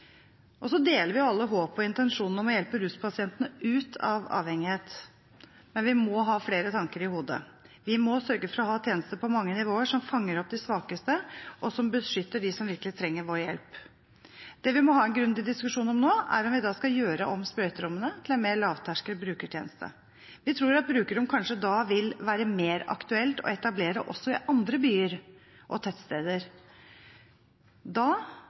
Så deler vi alle håpet og intensjonen om å hjelpe ruspasientene ut av avhengighet, men vi må ha flere tanker i hodet. Vi må sørge for å ha tjenester på mange nivåer som fanger opp de svakeste, og som beskytter dem som virkelig trenger vår hjelp. Det vi må ha en grundig diskusjon om nå, er om vi skal gjøre om sprøyterommene til en mer lavterskel brukerromstjeneste. Vi tror at brukerrom kanskje da vil være mer aktuelt å etablere også i andre byer og tettsteder. Da